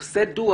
עושה דוח,